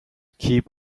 keep